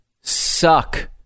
suck